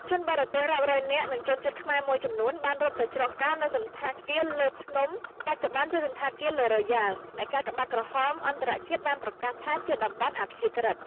ជនបរទេសរាប់រយនាក់ និងជនជាតិខ្មែរមួយចំនួនបានរត់ទៅជ្រកកោននៅសណ្ឋាគារឡឺភ្នំ បច្ចុប្បន្នជាសណ្ឋាគារឡឺរ៉ូយ៉ាល់ ដែលកាកបាទក្រហមអន្តរជាតិបានប្រកាសថាជាតំបន់អព្យាក្រឹត។